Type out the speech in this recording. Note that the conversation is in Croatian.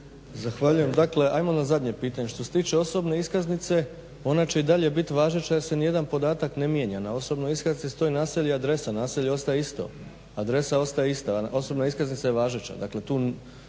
Zahvaljujem. Dakle ajmo na zadnje pitanje. Što se tiče osobne iskaznice, ona će i dalje biti važeća jer se nijedan podatak ne mijenja. Na osobnoj iskaznici stoje naselje i adresa, naselje ostaje isto, adresa ostaje ista, a osobna iskaznica je važeća.